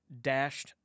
dashed